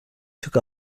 took